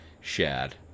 Shad